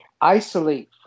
isolate